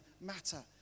matter